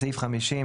בסעיף 50,